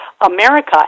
America